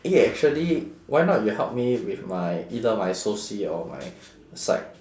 eh actually why not you help me with my either my soci or my psych